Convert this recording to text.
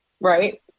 Right